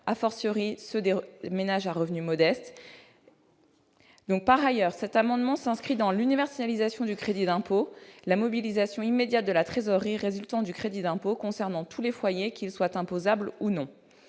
ménages, ceux des ménages à revenus modestes. Par ailleurs, cet amendement tend à s'inscrire dans l'universalisation du crédit d'impôt, la mobilisation immédiate de la trésorerie résultant du crédit d'impôt concernant tous les foyers, qu'ils soient imposables ou non.